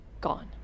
Gone